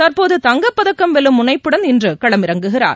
தற்போது தங்கப்பதக்கம் வெல்லும் முனைப்புடன் இன்று களம் இறங்குகிறார்